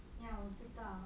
ya 我知道